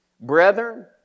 Brethren